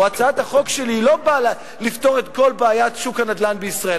או הצעת החוק שלי לא באה לפתור את כל בעיית שוק הנדל"ן בישראל.